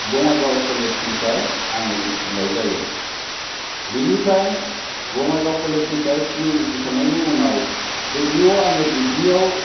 बङाइगाव कलेजनिफ्राय आङो उथ्रिनाय जायो बिनिफ्राय बङाइगाव कलेजनिफ्राय पि इउ उथ्रिखांनायनि उनाव जुदिय' आङो डिग्रीआव